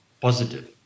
positive